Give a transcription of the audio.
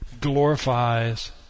Glorifies